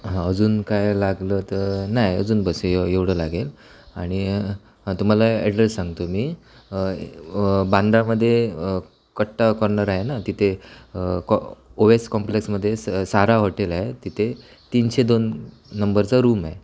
हां अजून काय लागलं तर नाही अजून बस्स येव एवढं लागेल आणि हां तुम्हाला ॲड्रेस सांगतो मी बांद्रामध्ये कट्टा कॉर्नर आहे ना तिथे कॉ ओयस कॉम्प्लेक्समध्ये सारा हॉटेल आहे तिथे तीनशे दोन नंबरचा रुमं आहे